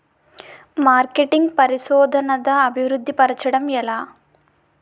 marketing పరిశోధనదా అభివృద్ధి పరచడం ఎలా